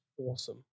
awesome